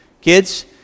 Kids